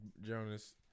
Jonas